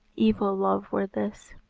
evil love were this.